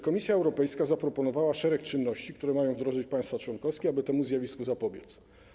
Komisja Europejska zaproponowała szereg czynności, które mają wdrożyć państwa członkowskie, aby temu zjawisku zapobiec.